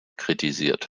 kritisiert